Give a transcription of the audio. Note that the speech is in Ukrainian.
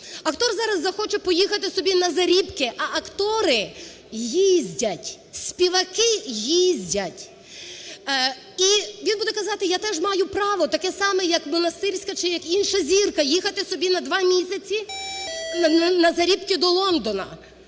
Актор зараз захоче поїхати собі на зарібки, а актори їздять, співаки їздять, і він буде казати: "Я теж маю право таке саме, як Монастирська чи як інша зірка їхати собі на два місяці на зарібки до Лондона".